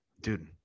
Dude